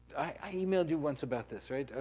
i emailed you once about this, right?